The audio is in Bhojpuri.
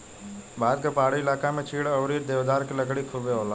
भारत के पहाड़ी इलाका में चीड़ अउरी देवदार के लकड़ी खुबे होला